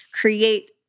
create